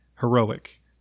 heroic